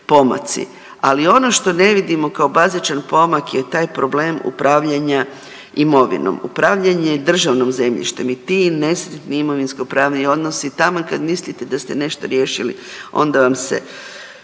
ali ono što ne vidimo kao bazičan pomak je taj problem upravljanja imovinom, upravljanje državnim zemljištem i ti nesretni imovinskopravni odnosi, taman kad mislite da ste nešto riješili, onda vam se